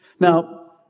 Now